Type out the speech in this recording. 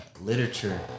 literature